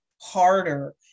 harder